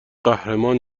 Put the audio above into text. قهرمان